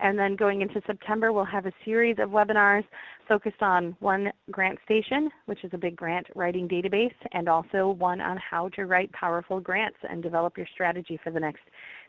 and then going into september, we'll have a series of webinars focused on one grantstation, which is a big grant-writing database and also one on how to write powerful grants and develop your strategy for the next